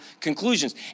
conclusions